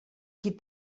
qui